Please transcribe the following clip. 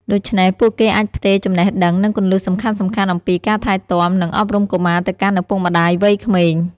ដូច្នេះ ពួកគេអាចផ្ទេរចំណេះដឹង និងគន្លឹះសំខាន់ៗអំពីការថែទាំ និងអប់រំកុមារទៅកាន់ឪពុកម្ដាយវ័យក្មេង។